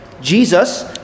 Jesus